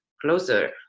closer